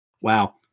Wow